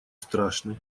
страшный